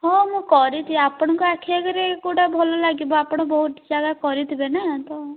ହଁ ମୁଁ କରିଛି ଆପଣଙ୍କ ଆଖି ଆଗରେ କେଉଁଟା ଭଲ ଲାଗିବ ଆପଣ ବହୁତ ଜାଗା କରିଥିବେ ନା ତ